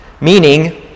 meaning